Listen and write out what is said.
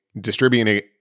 distributing